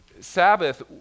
Sabbath